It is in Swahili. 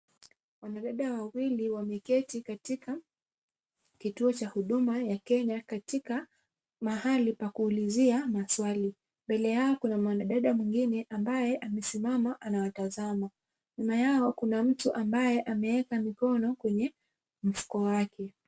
Wanadada wawili wameketi katika kituo cha huduma ya Kenya, katika mahali pa kuulizia maswali. Mbele yao kuna mwanadada mwingine ambaye amesimama anawatazama. Nyuma yao kuna mtu ambaye ameweka mikono kwenye mfuko wake.